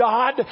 God